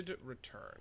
return